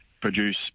produce